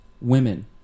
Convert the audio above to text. women